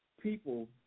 people